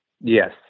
yes